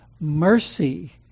mercy